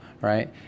right